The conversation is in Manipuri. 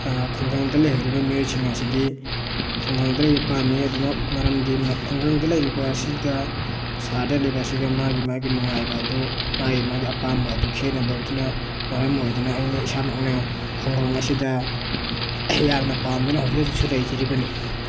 ꯈꯨꯡꯒꯪꯗ ꯂꯩꯍꯧꯔꯤꯕ ꯃꯤꯑꯣꯏꯁꯤꯡ ꯑꯁꯤꯗꯤ ꯈꯨꯡꯒꯪꯗ ꯂꯩꯕ ꯄꯥꯝꯃꯤ ꯑꯗꯨꯝꯃꯛ ꯃꯔꯝꯗꯤ ꯈꯨꯡꯒꯪꯗ ꯂꯩꯔꯤꯕ ꯑꯁꯤꯒ ꯁꯍꯔꯗ ꯂꯩꯕ ꯑꯁꯤꯒ ꯃꯥꯒꯤ ꯃꯥꯒꯤ ꯅꯨꯡꯉꯥꯏꯕ ꯑꯗꯨ ꯃꯥꯒꯤ ꯃꯥꯒꯤ ꯑꯄꯥꯝꯕ ꯑꯗꯨ ꯈꯦꯠꯅꯕ ꯑꯗꯨꯅ ꯃꯔꯝ ꯑꯣꯏꯗꯨꯅ ꯑꯩꯅ ꯏꯁꯥꯃꯛꯅ ꯈꯨꯡꯒꯪ ꯑꯁꯤꯗ ꯌꯥꯝꯅ ꯄꯥꯝꯗꯨꯅ ꯍꯧꯖꯤꯛ ꯍꯧꯖꯤꯛꯁꯨ ꯂꯩꯖꯔꯤꯕꯅꯤ